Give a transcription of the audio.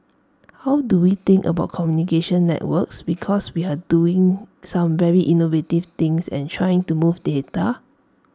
how do we think about communication networks because we are doing some very innovative things and trying to move data